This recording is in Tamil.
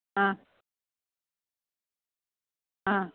ஆ ஆ